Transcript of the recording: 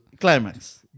Climax